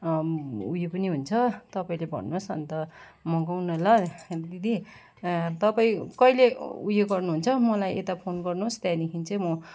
उयो पनि हुन्छ तपाईँले भन्नुहोस् अन्त मगाउँ न ल दिदी तपाईँ कहिले उयो गर्नुहुन्छ मलाई यता फोन गर्नुहोस् त्यहाँदेखि चाहिँ म